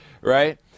right